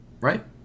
right